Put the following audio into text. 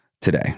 today